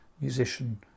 musician